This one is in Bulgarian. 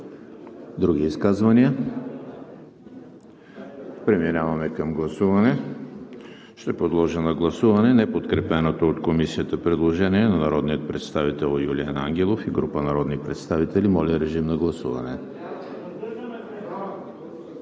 Други изказвания? Преминаваме към гласуване. Подлагам на гласуване неподкрепеното от Комисията предложение на народния представител Юлиан Ангелов и група народни представители. Гласували